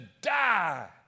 die